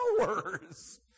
hours